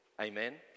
Amen